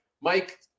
Mike